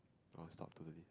or stop totally